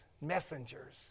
messengers